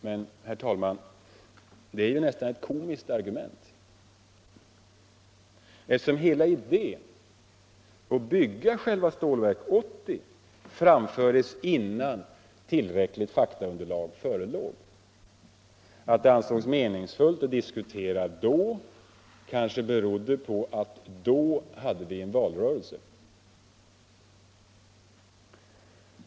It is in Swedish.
Men, herr talman, det är ju nästan ett komiskt argument, eftersom hela idén att bygga själva Stålverk 80 framfördes innan tillräckligt faktaunderlag förelåg. Att det då ansågs meningsfullt att diskutera kanske berodde på att vi hade en valrörelse.